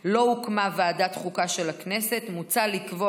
שבה לא הוקמה ועדת החוקה של הכנסת, מוצע לקבוע